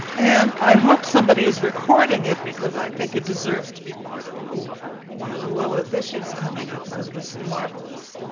and i hope somebody is recording it because i think it deserves to be part of one of the lilith issues coming up, because it was marvelous.